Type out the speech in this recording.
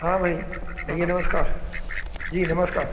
हाँ भई भइया नमस्कार जी नमस्कार